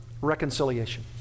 reconciliation